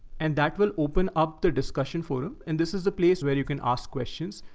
and that will open up the discussion forum. and this is the place where you can ask questions.